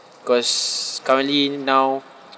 cause currently now